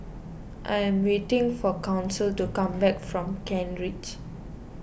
I am waiting for Council to come back from Kent Ridge